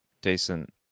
Decent